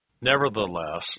Nevertheless